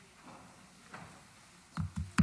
אדוני היושב-ראש, אדוני השר, חבריי חברי הכנסת,